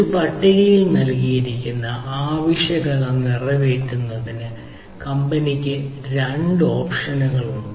ഒരു പട്ടികയിൽ നൽകിയിരിക്കുന്ന ആവശ്യകത നിറവേറ്റുന്നതിന് കമ്പനിക്ക് രണ്ട് ഓപ്ഷനുകളുണ്ട്